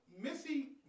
Missy